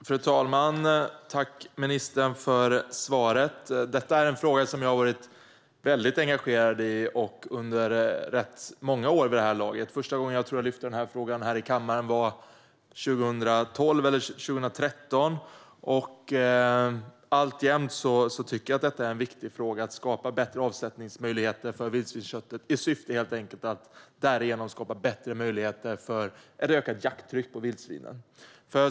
Fru talman! Jag tackar ministern för svaret. Detta är en fråga som jag har varit mycket engagerad i under rätt många år vid det här laget. Första gången som jag lyfte fram denna fråga här i kammaren var 2012 eller 2013. Alltjämt tycker jag att detta är en viktig fråga - att skapa bättre avsättningsmöjligheter för vildsvinsköttet i syfte att därigenom helt enkelt skapa bättre möjligheter för ett ökat jakttryck på vildsvinen.